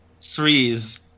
threes